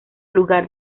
lugar